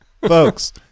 folks